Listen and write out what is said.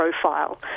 profile